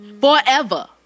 Forever